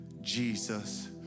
Jesus